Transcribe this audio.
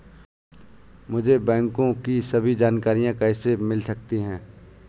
मुझे बैंकों की सभी जानकारियाँ कैसे मिल सकती हैं?